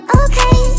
okay